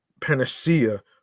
panacea